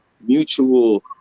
mutual